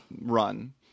Run